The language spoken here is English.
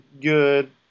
good